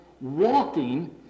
walking